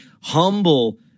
humble